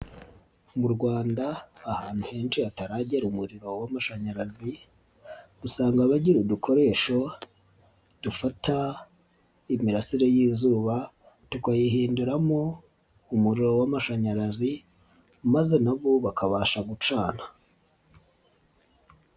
Mu Rwanda ahantu henshi hataragera umuriro w'amashanyarazi usanga bagira udukoresho dufata imirasire y'izuba tukayihinduramo umuriro w'amashanyarazi maze na bo bakabasha gucana.